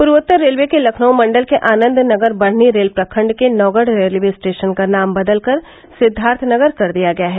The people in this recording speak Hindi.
पूर्वोत्तर रेलवे के लखनऊ मण्डल के आनन्द नगर बढ़नी रेल प्रखण्ड के नौगढ़ रेलवे स्टेशन का नाम बदल कर सिद्धार्थनगर कर दिया गया है